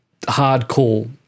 hardcore